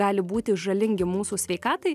gali būti žalingi mūsų sveikatai